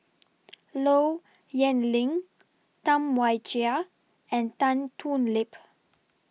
Low Yen Ling Tam Wai Jia and Tan Thoon Lip